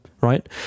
Right